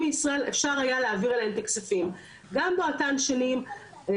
גם באותן שנים שהנושא הזה עוד לא היה אצלנו ברשות האוכלוסין וההגירה,